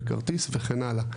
בכרטיס וכן הלאה.